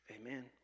Amen